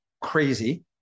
crazy